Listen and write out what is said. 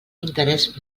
interès